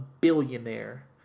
billionaire